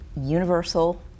universal